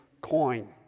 coin